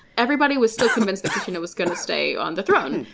everybody was still convinced that kristina was gonna stay on the throne,